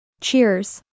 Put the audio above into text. Cheers